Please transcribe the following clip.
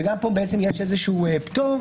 וגם פה יש איזשהו פטור.